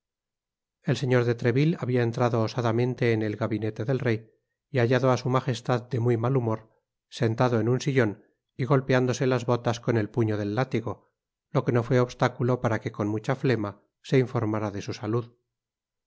el señor de treville habia entrado osadamente en el gabinete del rey y hallado á su magestad de muy mal humor sentado en un sillon y golpeándose las botas con el puño del látigo lo que no fué obstáculo para que con mucha tiema se informara de su salud